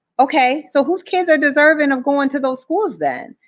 okay, so whose kids are deserving of going to those schools, then?